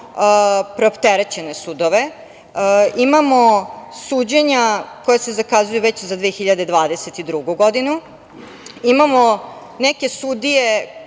preopterećene sudove, imamo suđenja koja se zakazuju već za 2022. godinu, imamo neke sudije